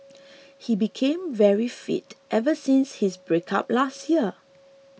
he became very fit ever since his breakup last year